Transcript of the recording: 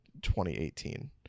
2018